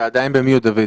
בבקשה.